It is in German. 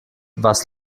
was